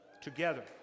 Together